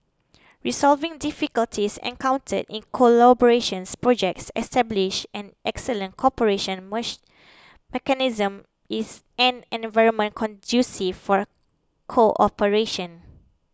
resolving difficulties encountered in collaborations projects establish an excellent cooperation mechanism is an environment conducive for cooperation